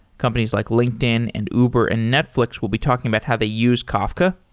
companies like linkedin, and uber, and netflix will be talking about how they use kafka.